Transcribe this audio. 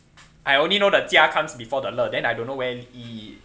I only know the jia comes before the le then I don't know where yee